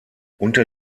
unter